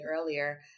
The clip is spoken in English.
earlier